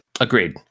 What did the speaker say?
Agreed